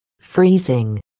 Freezing